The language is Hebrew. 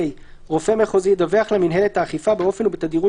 (ה) רופא מחוזי ידווח למינהלת האכיפה באופן ובתדירות